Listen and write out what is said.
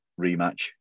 rematch